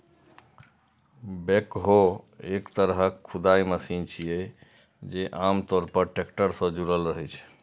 backhoe एक तरहक खुदाइ मशीन छियै, जे आम तौर पर टैक्टर सं जुड़ल रहै छै